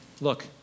look